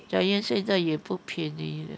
Giant 现在也不便宜 eh